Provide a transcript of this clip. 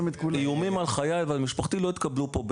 --- איומים על חיי ועל משפחתי לא יתקבלו.